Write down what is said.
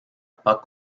pas